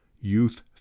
Youth